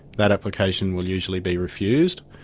that application will usually be refused.